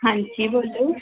ਹਾਂਜੀ ਬੋਲੋ